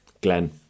glenn